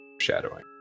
shadowing